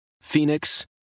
Phoenix